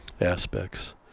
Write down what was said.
aspects